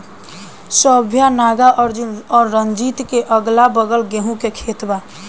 सौम्या नागार्जुन और रंजीत के अगलाबगल गेंहू के खेत बा